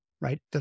right